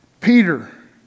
Peter